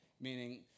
meaning